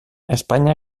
espanya